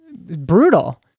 Brutal